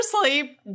sleep